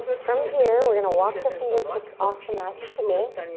from here, we're gonna walk the fingertips off the mat just a bit.